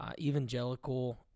evangelical